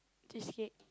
cheesecake